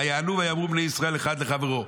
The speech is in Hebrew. ויענו ויאמרו בני ישראל אחד לחברו: